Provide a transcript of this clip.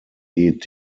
geht